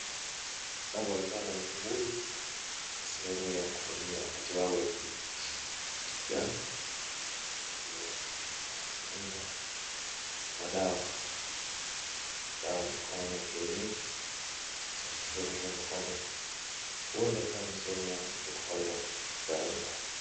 Inavyoonekana ni chunguni, sehemu ya kufanyia matibabu ya kiganga, ikiwa na aina ya madawa, dawa kama ni ya kienyeji katika sehemu yamekwama huonekana ni sehemu ya mtu kufanya uganga.